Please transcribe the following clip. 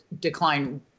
decline